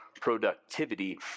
productivity